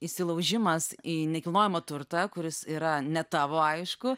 įsilaužimas į nekilnojamą turtą kuris yra ne tavo aišku